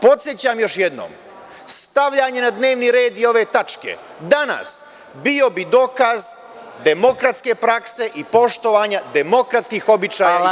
Podsećam još jednom, stavljanje na dnevni red i ove tačke danas bio bi dokaz demokratske prakse i poštovanja demokratskih običaja i kod nas.